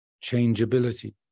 changeability